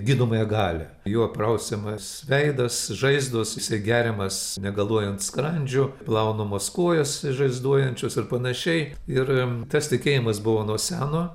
gydomąją galią juo prausiamas veidas žaizdos jisai geriamas negaluojant skrandžiu plaunamos kojos žaizduojančios ir panašiai ir tas tikėjimas buvo nuo seno